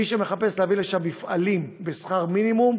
מי שמחפש להביא לשם מפעלים בשכר מינימום,